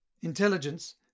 Intelligence